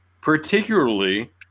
particularly